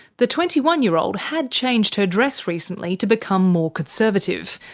the twenty one year old had changed her dress recently to become more conservative,